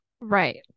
Right